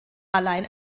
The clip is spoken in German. allein